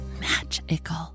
Magical